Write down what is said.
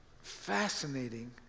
fascinating